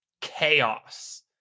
chaos